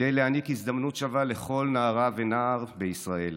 כדי להעניק הזדמנות שווה לכל נערה ונער בישראל.